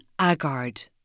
Agard